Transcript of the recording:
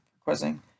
quizzing